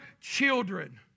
children